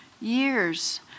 years